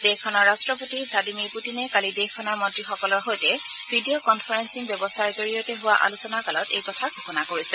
দেশখনৰ ৰাট্টপতি চ্চাডিমীৰ পুটিনে কালি দেশখনৰ মন্ত্ৰীসকলৰ সৈতে ভিডিঅ' কনফাৰেলিং ব্যৱস্থাৰ জৰিয়তে হোৱা আলোচনাকালত এই কথা ঘোষণা কৰিছে